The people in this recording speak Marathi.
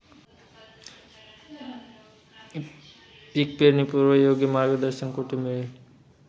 पीक पेरणीपूर्व योग्य मार्गदर्शन कुठे मिळेल?